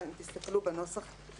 אם תסתכלו לא בנוסח המשולב,